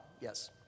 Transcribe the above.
yes